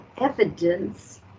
evidence